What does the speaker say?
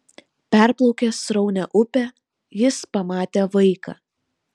perplaukęs sraunią upę jis pamatė vaiką